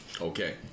okay